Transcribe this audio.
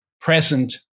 present